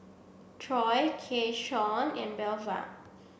Troy Keyshawn and Belva